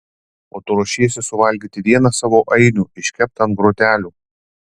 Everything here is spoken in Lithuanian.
o tu ruošiesi suvalgyti vieną savo ainių iškeptą ant grotelių